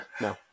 No